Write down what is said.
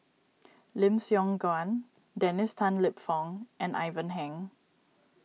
Lim Siong Guan Dennis Tan Lip Fong and Ivan Heng